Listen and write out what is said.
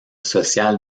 social